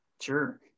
Sure